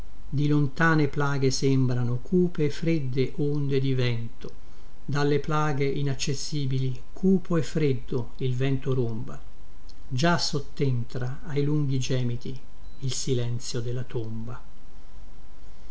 di lontane plaghe sembrano cupe e fredde onde di vento dalle plaghe inaccessibili cupo e freddo il vento romba già sottentra ai lunghi gemiti il silenzio della tomba